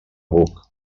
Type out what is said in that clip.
buc